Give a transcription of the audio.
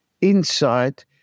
Inside